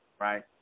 right